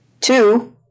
Two